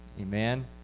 Amen